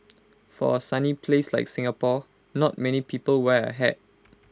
for A sunny place like Singapore not many people wear A hat